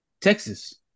Texas